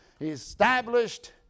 established